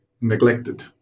neglected